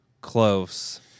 close